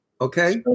okay